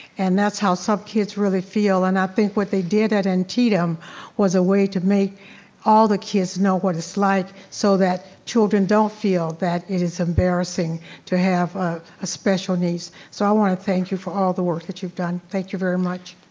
and that's how sub kids really feel and i think what they did at antietam was a way to make all the kids know what it's like so that children don't feel that it is embarrassing to have ah special needs so i wanna thank you for all the work that you've done. thank you very much.